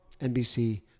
NBC